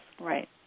Right